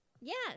yes